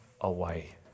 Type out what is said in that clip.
away